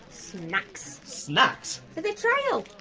snacks. snacks? for the trial.